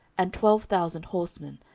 and twelve thousand horsemen,